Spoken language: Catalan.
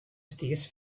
estigués